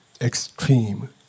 extreme